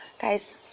guys